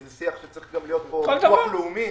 וזה שיח שצריך להיות בו גם ביטוח לאומי.